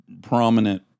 prominent